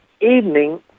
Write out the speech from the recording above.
evening